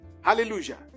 Hallelujah